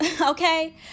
Okay